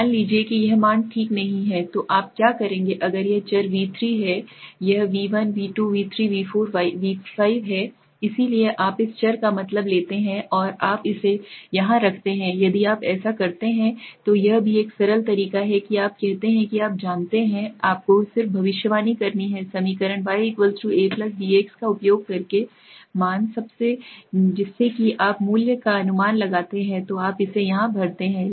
मान लीजिए कि यह मान ठीक नहीं है तो आप क्या करेंगे अगर यह चर V3 है यह V1 V2 V3 V4 V5 है इसलिए आप इस चर का मतलब लेते हैं और आप इसे यहाँ रखते हैं यदि आप ऐसा करते हैं तो यह भी एक सरल तरीका है कि आप कहते हैं कि आप जानते हैं कि आपको सिर्फ भविष्यवाणी करनी है समीकरण y a bx का उपयोग करके मान जिससे आप मूल्य का अनुमान लगाते हैं तो आप इसे यहाँ भरते हैं